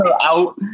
out